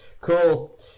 Cool